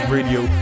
Radio